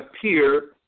appear